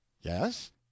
Yes